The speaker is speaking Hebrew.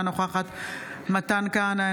אינה נוכחת מתן כהנא,